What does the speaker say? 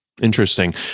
Interesting